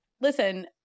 listen